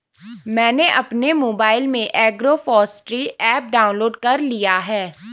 मैंने अपने मोबाइल में एग्रोफॉसट्री ऐप डाउनलोड कर लिया है